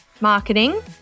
marketing